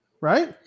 right